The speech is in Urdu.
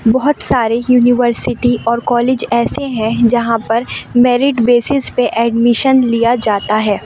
بہت سارے یونیورسٹی اور کالج ایسے ہیں جہاں پر میرٹ بیسس پہ ایڈمشن لیا جاتا ہے